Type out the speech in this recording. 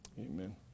Amen